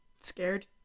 scared